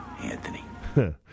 Anthony